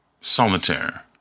Solitaire